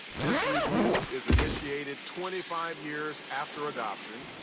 this review is initiated twenty five years after adoption,